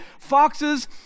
foxes